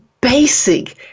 basic